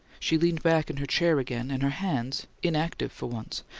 she leaned back in her chair again, and her hands, inactive for once,